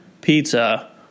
pizza